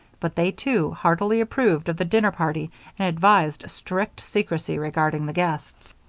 but they, too, heartily approved of the dinner party and advised strict secrecy regarding the guests.